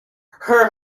her